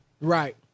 Right